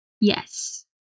Yes